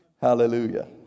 Hallelujah